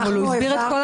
לא היינו מתווכחים.